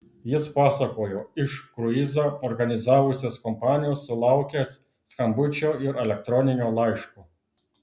jis pasakojo iš kruizą organizavusios kompanijos sulaukęs skambučio ir elektroninio laiško